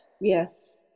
Yes